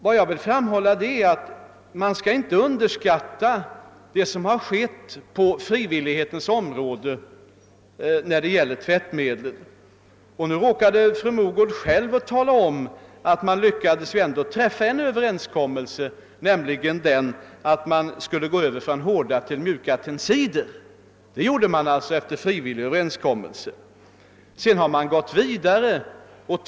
Vad jag vill framhålla är emellertid att man inte skall underskatta det som gjorts på frivillighetens väg i fråga om tvättmedlen. Fru Mogård råkade själv omtala att man ändå hade lyckats träffa en överenskommelse, nämligen om öÖövergång från hårda till mjuka tensider. Det skedde alltså efter frivillig överenskommelse. Man har sedan gått vidare på denna väg.